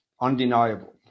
undeniable